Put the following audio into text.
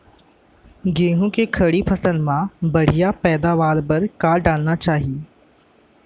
गेहूँ के खड़ी फसल मा बढ़िया पैदावार बर का डालना चाही?